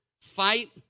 Fight